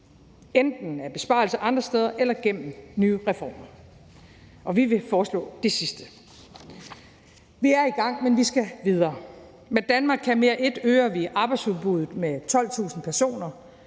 gennem besparelser andre steder eller gennem nye reformer. Og vi vil foreslå det sidste. Vi er i gang, men vi skal videre. Med »Danmark kan mere I« øger vi arbejdsudbuddet med 12.000 personer,